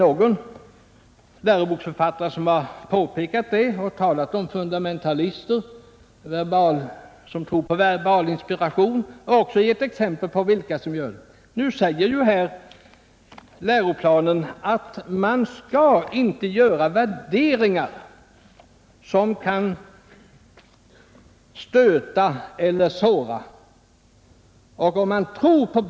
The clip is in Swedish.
Någon läroboksförfattare har påpekat detta och talat om fundamentalister som tror på verbalinspiration och även gett exempel på vilka som gör det. Nu säger läroplanen att man inte skall göra värderingar som kan stöta eller såra.